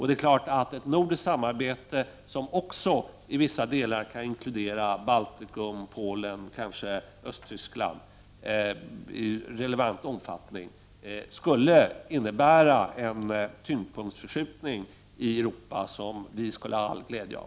Det är klart att ett nordiskt samarbete, som också i vissa delar kan inkludera Baltikum, Polen och kanske Östtyskland, i relevant omfattning skulle innebära en tyngdpunktsförskjutning i Europa som vi skulle ha all glädje av.